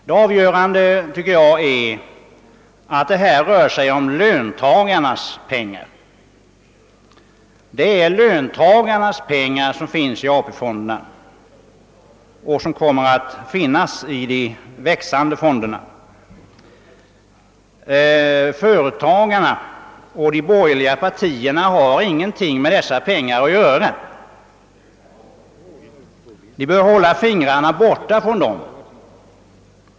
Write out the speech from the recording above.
Det avgörande är att det här rör sig om löntagarnas pengar. Det är löntagarnas pengar som finns i de växande AP fonderna. Företagarna och de borgerliga partierna har ingenting med dessa pengar att skaffa. De bör hålla fingrarna borta från dem.